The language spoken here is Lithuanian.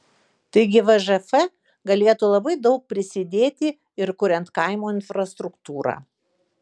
taigi vžf galėtų labai daug prisidėti ir kuriant kaimo infrastruktūrą